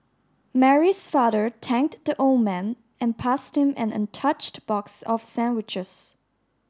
Mary's father thanked the old man and passed him an untouched box of sandwiches